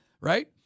Right